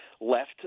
left